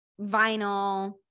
vinyl